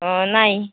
नाही